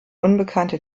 unbekannte